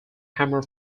hammer